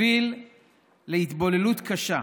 תוביל להתבוללות קשה.